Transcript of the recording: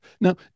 Now